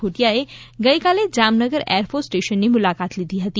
ઘોટિયાએ ગઈકાલે Jamnagar air force સ્ટેશનની મુલાકાત લીધી હતી